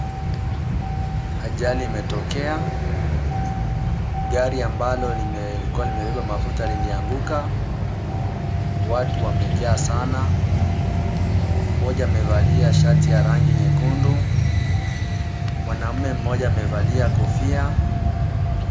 Ajali imetokea. Gari ambalo limekuwa limebeba mafuta lilianguka. Watu wamejaa sana. Mmoja amevalia shati ya rangi nyekundu. Mwanaume mmoja amevalia kofia.